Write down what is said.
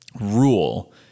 rule